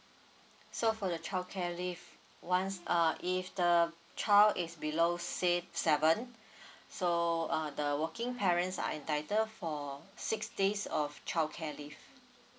so for the childcare leave once uh if the child is below si~ seven so uh the working parents are entitled for six days of childcare leave